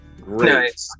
Great